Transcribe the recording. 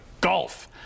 golf